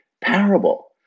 parable